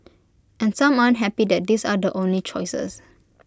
and some aren't happy that these are the only choices